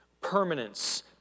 permanence